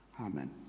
Amen